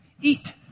eat